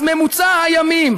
אז ממוצע הימים